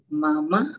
mama